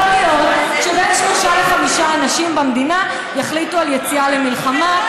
יכול להיות שבין שלושה לחמישה אנשים במדינה יחליטו על יציאה למלחמה.